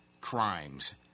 crimes